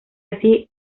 así